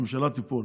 הממשלה תיפול.